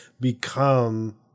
become